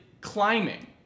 climbing